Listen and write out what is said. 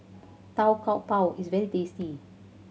Tau Kwa Pau is very tasty